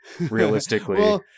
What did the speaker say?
realistically